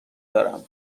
دارم